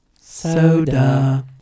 Soda